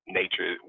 nature